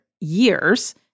years